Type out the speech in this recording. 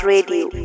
Radio